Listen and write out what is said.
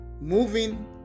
moving